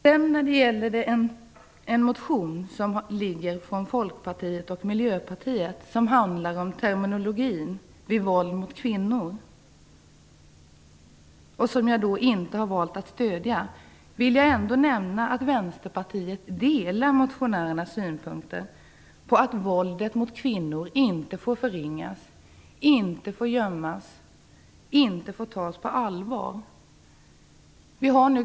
Jag har valt att inte stödja ett par motioner från Folkpartiet och Miljöpartiet, vilka handlar om terminologin vid våld mot kvinnor. Jag vill ändå nämna att Vänsterpartiet delar motionärernas synpunkter när det gäller att våldet mot kvinnor inte får förringas eller gömmas utan måste tas på allvar.